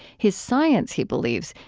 his science, he believes,